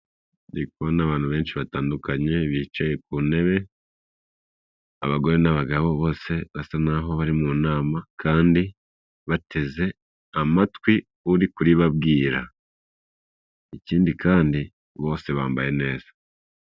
Nikubona abantu benshi batandukanye bicaye ku ntebe, abagore n'abagabo bose basa naho bari mu nama kandi bateze amatwi uri kuribabwira ikindi kandi bose bambaye neza.